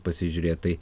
pasižiūrėt tai